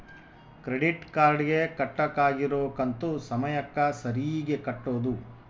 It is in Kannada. ಕ್ರೆಡಿಟ್ ಕಾರ್ಡ್ ಗೆ ಕಟ್ಬಕಾಗಿರೋ ಕಂತು ಸಮಯಕ್ಕ ಸರೀಗೆ ಕಟೋದು